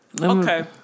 Okay